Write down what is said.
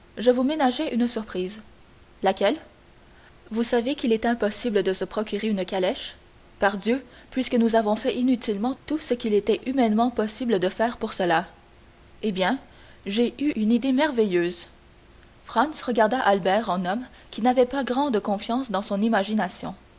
je vous ménageais une surprise laquelle vous savez qu'il est impossible de se procurer une calèche pardieu puisque nous avons fait inutilement tout ce qu'il était humainement possible de faire pour cela eh bien j'ai eu une idée merveilleuse franz regarda albert en homme qui n'avait pas grande confiance dans son imagination